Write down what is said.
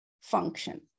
function